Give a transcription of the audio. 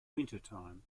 wintertime